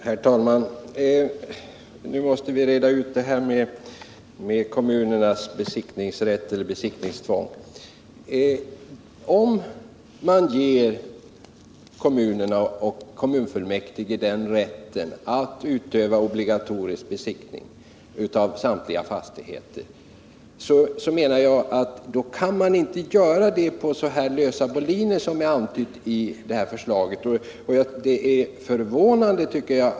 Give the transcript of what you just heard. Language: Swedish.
Herr talman! Nu måste vi reda ut detta med kommunernas besiktningsrätt eller besiktningstvång. Om man ger kommunerna och fullmäktige rätt att utöva obligatorisk besiktning av samtliga fastigheter, kan man inte göra det på så lösa boliner som antyds i detta förslag.